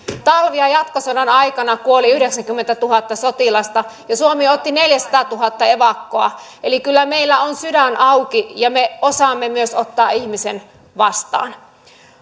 talvi ja jatkosodan aikana kuoli yhdeksänkymmentätuhatta sotilasta ja suomi otti neljäsataatuhatta evakkoa kyllä meillä on sydän auki ja me osaamme myös ottaa ihmisen vastaan